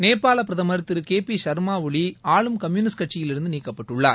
நேபாள பிரதமர் திரு கே பி ஷர்மா ஒலி ஆளும் கம்யூனிஸ்ட் கட்சியிலிருந்து நீக்கப்பட்டுள்ளார்